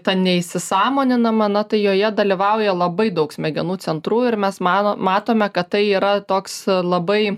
ta neįsisąmoninama na tai joje dalyvauja labai daug smegenų centrų ir mes mano matome kad tai yra toks labai